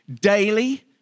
Daily